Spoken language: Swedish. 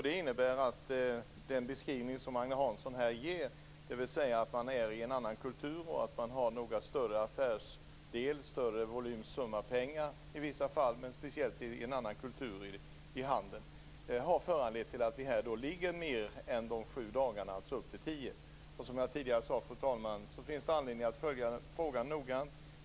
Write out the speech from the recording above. Det innebär att den beskrivning som Agne Hansson här ger, dvs. att man är i en annan kultur och att det handlar om en större summa pengar i vissa fall, har föranlett att vi här har föreslagit mer än de sju dagarna, nämligen upp till tio dagar. Fru talman! Som jag sade tidigare finns det anledning att följa frågan noggrant.